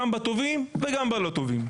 גם בטובים וגם בלא טובים.